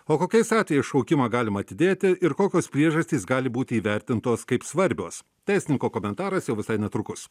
o kokiais atvejais šaukimą galima atidėti ir kokios priežastys gali būti įvertintos kaip svarbios teisininko komentaras jau visai netrukus